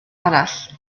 arall